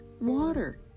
Water